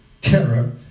terror